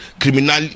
criminal